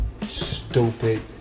stupid